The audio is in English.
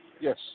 Yes